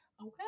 Okay